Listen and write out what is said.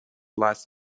las